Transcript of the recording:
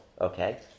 okay